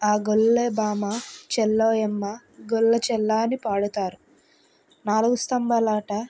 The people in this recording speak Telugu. ఆ గొల్లే భామ చల్లోయమ్మ గొల్ల చెల్లా అని పాడుతారు నాలుగు స్తంభాలాట